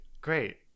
Great